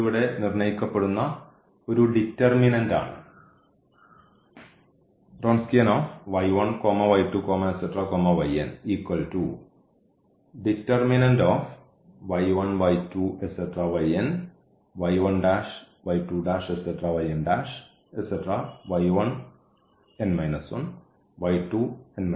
ഇത് ഇവിടെ നിർണ്ണയിക്കപ്പെടുന്ന ഒരു ഡിറ്റർമിനൻറ് ആണ്